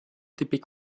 típic